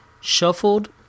shuffled